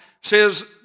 says